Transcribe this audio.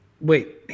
Wait